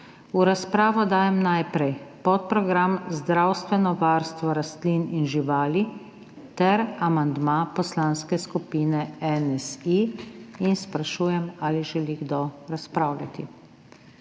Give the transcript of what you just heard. V razpravo dajem najprej podprogram Zdravstveno varstvo rastlin in živali ter amandma Poslanske skupine NSi in sprašujem, ali želi kdo razpravljati.